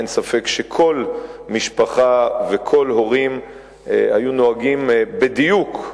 אין ספק שכל משפחה וכל הורים היו נוהגים בדיוק,